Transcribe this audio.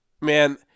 man